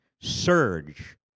surge